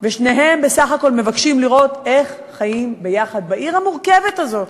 ושניהם בסך הכול מבקשים לראות איך חיים יחד בעיר המורכבת הזאת,